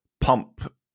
pump